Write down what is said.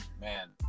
man